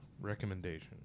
recommendation